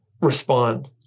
respond